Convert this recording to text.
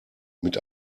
mit